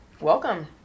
Welcome